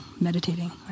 meditating